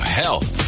health